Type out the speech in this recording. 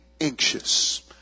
anxious